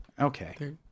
Okay